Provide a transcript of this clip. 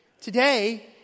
Today